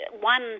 one